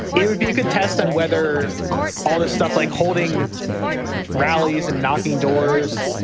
it would be a good test on whether all this stuff like holding rallies and knocking doors.